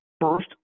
First